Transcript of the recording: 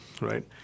right